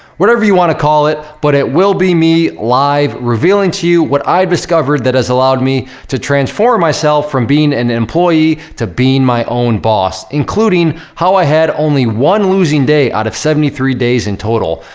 whatever you wanna call it, but it will be me live revealing to you what i've discovered that has allowed me to transform myself from being an employee to being my own boss, including how i had only one losing day out of seventy three days in total.